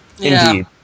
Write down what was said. Indeed